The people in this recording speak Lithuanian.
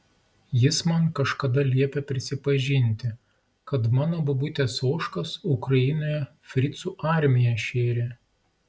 jis man kažkada liepė prisipažinti kad mano bobutės ožkas ukrainoje fricų armija šėrė